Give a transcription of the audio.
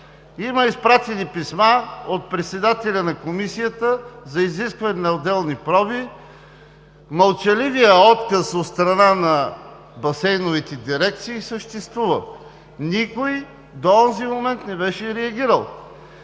Има изпратени писма от председателя на Комисията за изискване на отделни проби. Мълчаливият отказ от страна на басейновите дирекции съществува. Никой до онзи момент не беше реагирал.